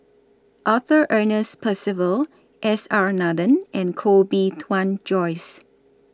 Arthur Ernest Percival S R Nathan and Koh Bee Tuan Joyce